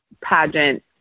pageant